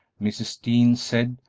mrs. dean said,